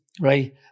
right